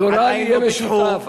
הגורל יהיה משותף,